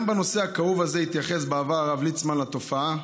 גם בנושא הכאוב הזה התייחס בעבר הרב ליצמן לתופעה,